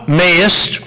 mayest